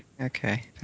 Okay